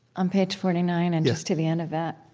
on page forty nine, and just to the end of that?